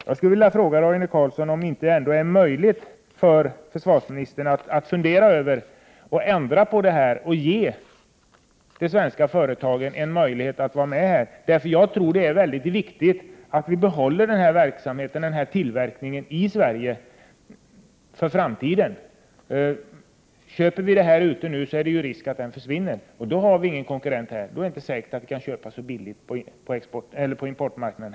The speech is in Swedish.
Jag skulle vilja fråga Roine Carlsson om det inte är möjligt för honom att fundera över detta och ändra på beslutet och ge de svenska företagen en möjlighet att vara med. Jag tror att det är viktigt för framtiden att vi behåller denna verksamhet, denna tillverkning i Sverige. Köper vi detta utomlands nu finns det risk att tillverkningen i Sverige försvinner. Då har vi ingen konkurrent här. Då är det inte säkert att vi kan köpa så billigt på importmarknaden.